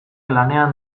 lanean